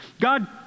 God